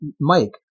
Mike